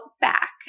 back